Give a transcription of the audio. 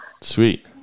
Sweet